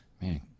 man